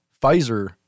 Pfizer